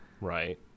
Right